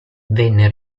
venne